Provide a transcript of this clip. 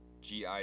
GI